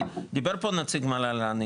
דיבר פה נציג המועצה לביטחון לאומי,